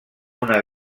una